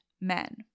men